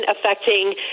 affecting